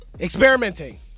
Experimenting